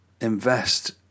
invest